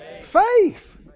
Faith